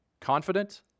confident